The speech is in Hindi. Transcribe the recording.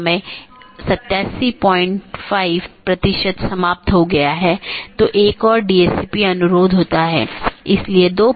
एक ज्ञात अनिवार्य विशेषता एट्रिब्यूट है जोकि सभी BGP कार्यान्वयन द्वारा पहचाना जाना चाहिए और हर अपडेट संदेश के लिए समान होना चाहिए